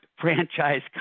franchise